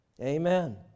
Amen